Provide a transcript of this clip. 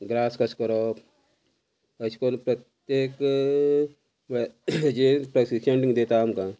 grass कशें करोप अशें करून प्रत्येक म्हळ्या हेजी प्रशिक्षण दिता आमकां